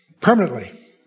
permanently